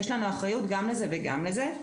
יש לנו אחריות גם לזה וגם לזה,